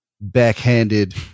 backhanded